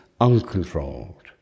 uncontrolled